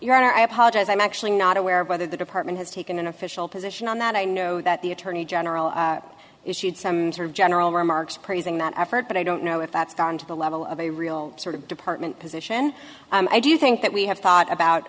honor i apologize i'm actually not aware of whether the department has taken an official position on that i know that the attorney general issued some sort of general remarks praising that effort but i don't know if that's down to the level of a real sort of department position i do think that we have thought about